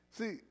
See